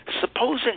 Supposing